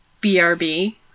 BRB